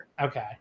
Okay